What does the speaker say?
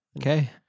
Okay